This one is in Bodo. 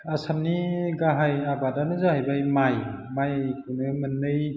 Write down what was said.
आसामनि गाहाय आबादानो जाहैबाय माइ माइखौनो मोननै